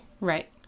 Right